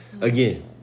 Again